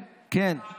כן, כן, כן.